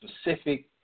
specific